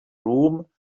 room